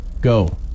go